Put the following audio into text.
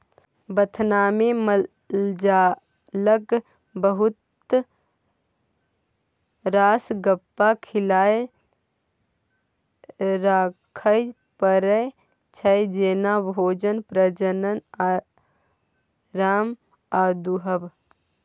बथानमे मालजालक बहुत रास गप्पक खियाल राखय परै छै जेना भोजन, प्रजनन, आराम आ दुहब